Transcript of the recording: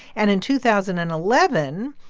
and in two thousand and eleven,